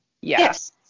Yes